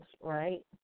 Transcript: right